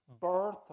birth